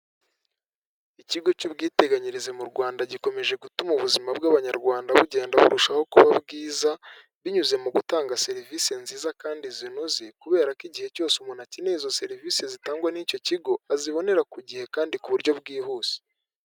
Ikigo cy'ubwiteganyirize mu rwanda gikomeje gutuma ubuzima bw'abanyarwanda bugenda burushaho kuba bwiza binyuze mu gutanga serivisi nziza kandi zinoze, kubera ko igihe cyose umuntu akeneye izo serivise zitangwa n'icyo kigo, azibonera ku gihe kandi ku buryo bwihuse.